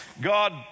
God